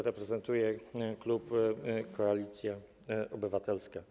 Reprezentuję klub Koalicja Obywatelska.